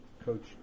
Coach